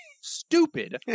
stupid